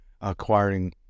acquiring